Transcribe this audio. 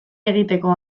egiteko